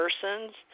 persons